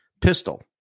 pistol